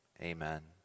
amen